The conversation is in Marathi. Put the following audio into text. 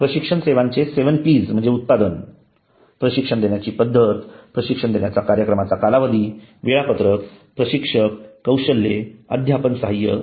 प्रशिक्षण सेवांचे 7Ps म्हणजे उत्पादन प्रशिक्षण देण्याची पद्धत प्रशिक्षण कार्यक्रमाचा कालावधी वेळापत्रक प्रशिक्षक कौशल्य अध्यापन सहाय्य इ